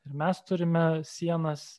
ir mes turime sienas